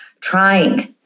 trying